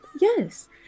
Yes